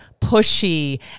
pushy